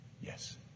Yes